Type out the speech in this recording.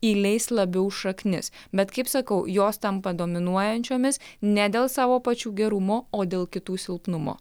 įleis labiau šaknis bet kaip sakau jos tampa dominuojančiomis ne dėl savo pačių gerumo o dėl kitų silpnumo